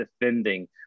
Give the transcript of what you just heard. defending